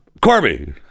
Corby